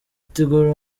tigo